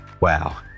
Wow